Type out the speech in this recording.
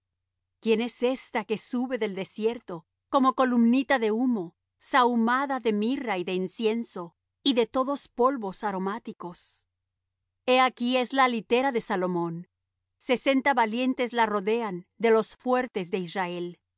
quién es ésta que sube del desierto como columnita de humo sahumada de mirra y de incienso y de todos polvos aromáticos he aquí es la litera de salomón sesenta valientes la rodean de los fuertes de israel